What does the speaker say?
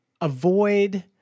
avoid